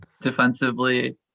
defensively